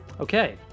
Okay